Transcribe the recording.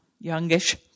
youngish